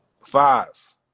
Five